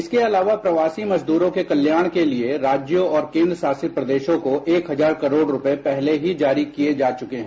इसके अलावा प्रवासी मजदूरों के कल्याण के लिए राज्यों और केंद्र शासित प्रदेशों को एक हजार करोड़ रूपये पहले ही जारी किये जा चुके हैं